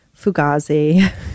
Fugazi